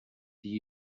began